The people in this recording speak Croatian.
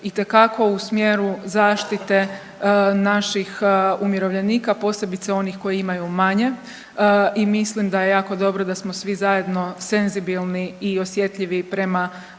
itekako u smjeru zaštite naših umirovljenika, a posebice onih koji imaju manje i mislim da je jako dobro da smo svi zajedno senzibilni i osjetljivi prema